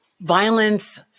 Violence